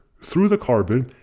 through the carbon,